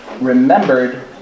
remembered